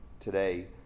today